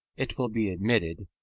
it will be admitted,